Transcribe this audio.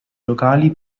locali